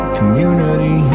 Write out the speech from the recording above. Community